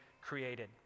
created